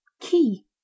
Key